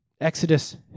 Exodus